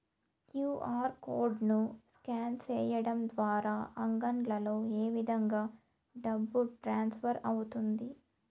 QR code ను scan సేయడం ద్వారా అంగడ్లలో ఏ విధంగా డబ్బు ట్రాన్స్ఫర్ అవుతుంది